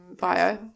bio